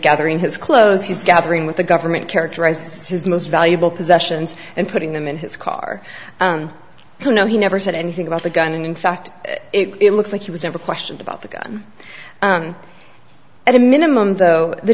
gathering his clothes he's gathering with the government characterized his most valuable possessions and putting them in his car so no he never said anything about the gun and in fact it looks like he was never questioned about the gun at a minimum though the